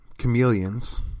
chameleons